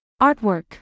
artwork